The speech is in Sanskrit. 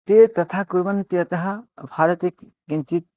ते तथा कुर्वन्त्यतः भारते किञ्चित्